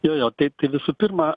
jo jo tai tai visų pirma